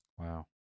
Wow